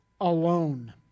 alone